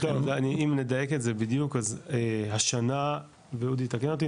לכן --- אם נדייק את זה בדיוק אז השנה ואודי יתקן אותי,